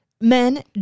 men